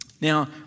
Now